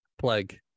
Plague